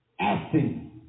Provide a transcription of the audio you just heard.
acting